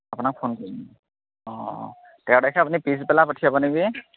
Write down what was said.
আপোনাক ফোন কৰিম অঁ তেৰ তাৰিখে আপুনি পিছবেলা পঠিয়াব নেকি